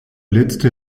letzte